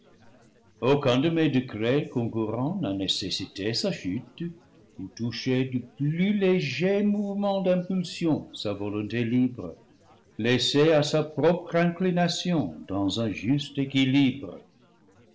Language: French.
aucun de mes décrets concourant n'a nécessité sa chute ou touché du plus léger mouvement d'impulsion sa volonté libre laissée à sa propre inclination dans un juste